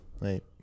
right